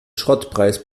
schrottpreis